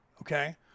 Okay